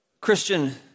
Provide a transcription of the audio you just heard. Christian